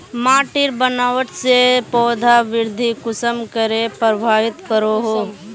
माटिर बनावट से पौधा वृद्धि कुसम करे प्रभावित करो हो?